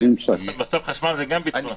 בסוף חשמל הוא גם ביטחון.